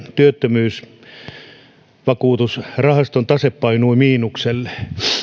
työttömyysvakuutusrahaston tase painui miinukselle